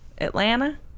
Atlanta